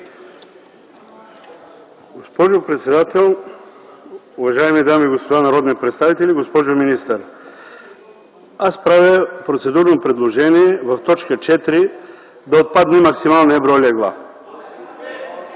Госпожо председател, уважаеми дами и господа народни представители, госпожо министър! Аз правя процедурно предложение в т. 4 да отпадне максималният брой легла.